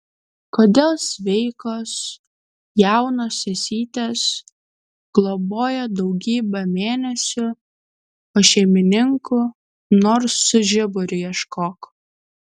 kodėl sveikos jaunos sesytės globoje daugybę mėnesių o šeimininkų nors su žiburiu ieškok